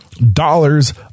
dollars